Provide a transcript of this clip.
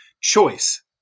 choice